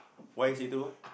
why see through ah